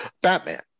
Batman